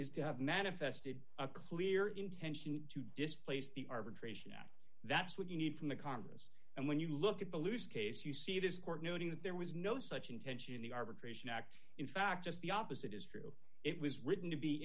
is to have manifested a clear intention to displace the arbitration act that's what you need from the congress and when you look at the loose case you see this court noting that there was no such intention in the arbitration act in fact just the opposite is it was written to be